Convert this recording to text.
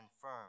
firm